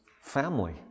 family